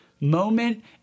moment